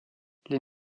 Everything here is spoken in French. les